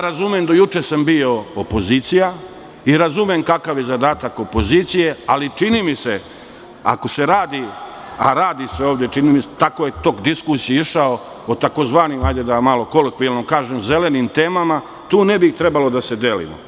Razumem vas, do juče sam bio opozicija i razumem kakav je zadatak opozicije, ali čini mi se, ako se radi, a radi se ovde, tako je tok diskusije išao, o takozvanim, hajde da malo kolokvijalno kažem, zelenim temama i tu ne bi trebalo da se delimo.